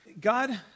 God